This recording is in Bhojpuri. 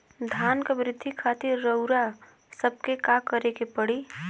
धान क वृद्धि खातिर रउआ सबके का करे के पड़ी?